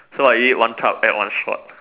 so I eat one tub at one shot